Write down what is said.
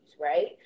right